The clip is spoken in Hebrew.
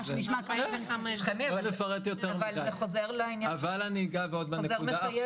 אני אגע בעוד נקודה --- החוק מחייב